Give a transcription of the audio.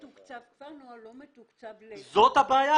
כפר נוער לא מתוקצב --- זאת הבעיה.